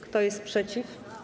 Kto jest przeciw?